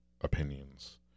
opinions